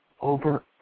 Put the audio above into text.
Over